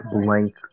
blank